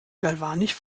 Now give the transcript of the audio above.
galvanisch